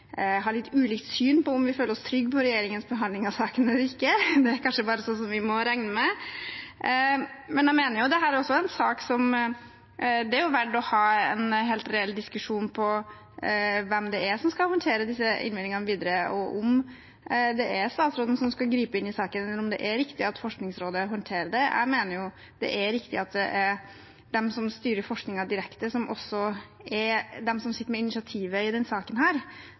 har litt ulikt syn på om vi føler oss trygge på regjeringens behandling av saken, eller ikke, men det er kanskje noe vi bare må regne med. Jeg mener dette er en sak der det er verdt å ha en helt reell diskusjon om hvem som skal håndtere disse innvendingene videre, om statsråden skal gripe inn i saken, eller om det er riktig at Forskningsrådet håndterer det. Jeg mener det er riktig at det er de som styrer forskningen direkte, som også sitter med initiativet i denne saken.